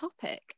topic